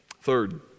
Third